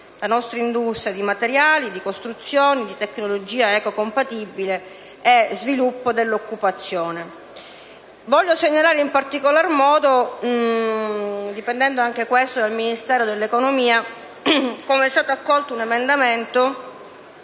nostra industria nazionale di materiali, di costruzioni, di tecnologia ecocompatibile e con la promozione dell'occupazione. Voglio segnalare in particolar modo (dipendendo anche questo dal Ministero dell'economia) che è stato accolto un emendamento